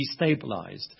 destabilized